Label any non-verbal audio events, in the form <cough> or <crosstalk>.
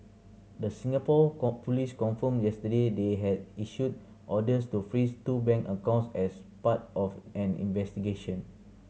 the Singapore <unintelligible> police confirmed yesterday they had issued orders to freeze two bank accounts as part of an investigation